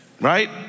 right